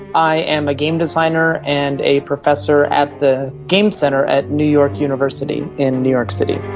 i am a game designer and a professor at the game centre at new york university in new york city.